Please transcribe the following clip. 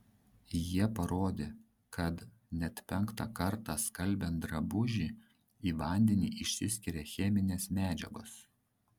jie parodė kad net penktą kartą skalbiant drabužį į vandenį išsiskiria cheminės medžiagos